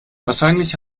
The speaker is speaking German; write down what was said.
wahrscheinlich